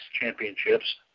Championships